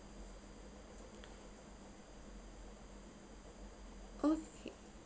okay